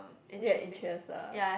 ya interest ah